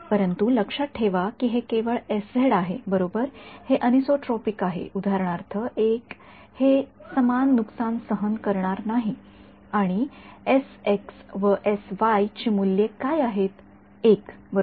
परंतु लक्षात ठेवा की हे केवळ आहे बरोबर हे अॅनिसोट्रॉपिक आहे उदाहरणार्थ हे समान नुकसान सहन करणार नाही आणि व ची मूल्ये काय आहेत एक बरोबर